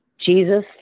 Jesus